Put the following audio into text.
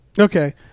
Okay